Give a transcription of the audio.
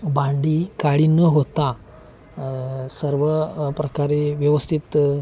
भांडी काळी न होता सर्व प्रकारे व्यवस्थित